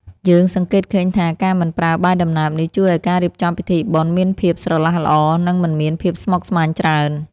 យើងសង្កេតឃើញថា ការមិនប្រើបាយដំណើបនេះជួយឱ្យការរៀបចំពិធីបុណ្យមានភាពស្រឡះល្អ និងមិនមានភាពស្មុគស្មាញច្រើន។